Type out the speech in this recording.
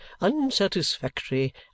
unsatisfactory